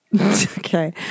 Okay